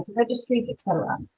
registries, et cetera.